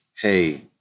Hey